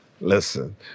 Listen